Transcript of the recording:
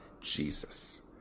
Jesus